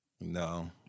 No